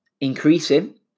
increasing